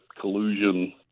collusion